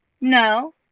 No